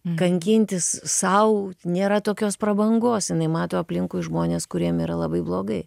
kankintis sau nėra tokios prabangos jinai mato aplinkui žmones kuriem yra labai blogai